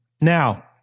Now